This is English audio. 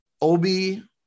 Obi